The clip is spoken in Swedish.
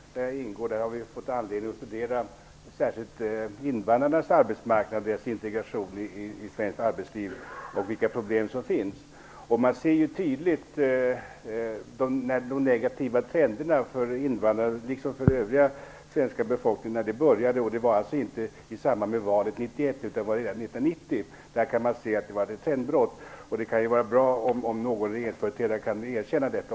Fru talman! I Invandrarpolitiska kommittén, där jag ingår, har vi haft anledning att studera särskilt invandrarnas arbetsmarknad och integration i svenskt arbetsliv samt de problem som finns. Man ser tydligt när de negativa trenderna för invandrare, liksom för den övriga svenska befolkningen, började. Det var inte i samband med valet 1991 utan redan 1990. Man kan se att det var ett trendbrott då. Det skulle vara bra om någon regeringsföreträdare också kunde erkänna detta.